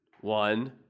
one